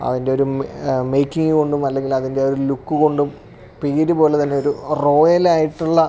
അതിൻറ്റൊരു മേക്കിങ് കൊണ്ടും അല്ലെങ്കിലതിന്റെ ഒരു ലുക്ക് കൊണ്ടും പേരു പോലെ തന്നെയൊരു റോയലായിട്ടുള്ള